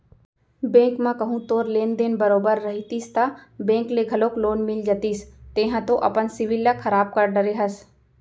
bank म कहूँ तोर लेन देन बरोबर रहितिस ता बेंक ले घलौक लोन मिल जतिस तेंहा तो अपन सिविल ल खराब कर डरे हस